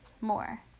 more